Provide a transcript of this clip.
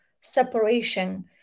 separation